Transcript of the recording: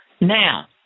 now